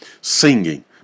singing